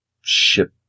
ship